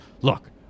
look